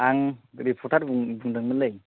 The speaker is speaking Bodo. आं रिपर्टार बुंदोंमोनलै